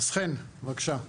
כן, בבקשה.